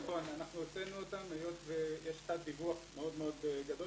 אנחנו הוצאנו אותם היות ויש תת-דיווח מאוד גדול